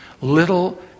Little